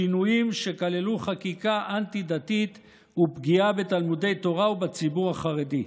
שינויים שכללו חקיקה אנטי-דתית ופגיעה בתלמודי תורה ובציבור החרדי.